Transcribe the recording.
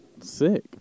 sick